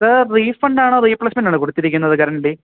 sir റീഫണ്ടാണോ റിഫ്രഷ്മെന്റാണോ കൊടുത്തിരിക്കുന്നത് കറന്റ്ലി